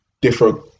different